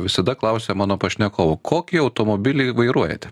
visada klausia mano pašnekovų kokį automobilį vairuojate